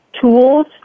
tools